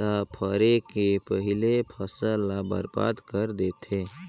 त फरे के पहिले फसल ल बरबाद कर देथे